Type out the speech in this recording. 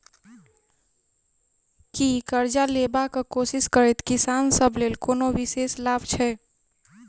की करजा लेबाक कोशिश करैत किसान सब लेल कोनो विशेष लाभ छै?